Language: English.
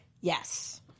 Yes